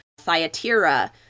Thyatira